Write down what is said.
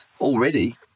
already